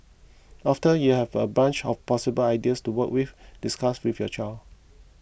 after you have a bunch of possible ideas to work with discuss with your child